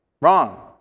Wrong